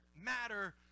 matter